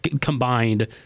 combined